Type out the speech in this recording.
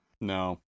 No